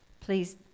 please